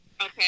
okay